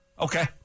Okay